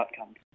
outcomes